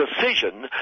decision